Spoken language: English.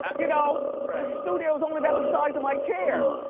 you know studio is only about the size of my chair.